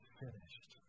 finished